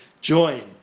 join